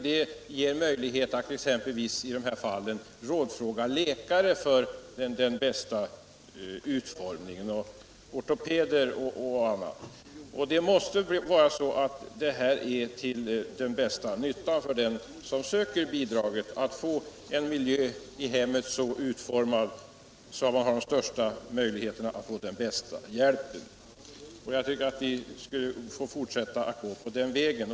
Det ger möjlighet att exempelvis i de här fallen rådfråga läkare och ortopeder m.fl. beträffande den bästa utformningen. Detta måste bli till den bästa nyttan för den som söker bidraget, nämligen att få miljön i hemmet så utformad att möjligheterna till den bästa hjälpen blir störst. Jag tycker att vi skall fortsätta på den vägen.